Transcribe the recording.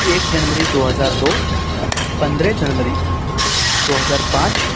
ایک جنوری دو ہزار دو پندرہ جنوری دو ہزار پانچ